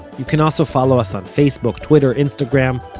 you can also follow us on facebook, twitter, instagram,